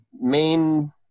main